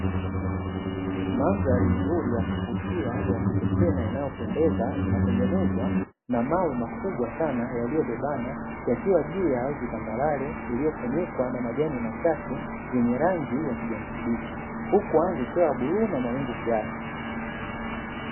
Mandhari nzuri ya kuvutia ya kipekee na inayopendeza inatengenezwa na mawe makubwa yaliyobebana yakiwa juu ya ardi tambarare iliyofunikwa na majiani machache yenye rangi ya kijani kibichi. Huku anga ikiwa ya bluu na mawingu kiasi.